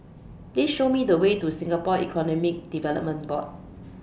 Please Show Me The Way to Singapore Economic Development Board